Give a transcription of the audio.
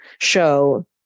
show